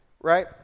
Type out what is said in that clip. Right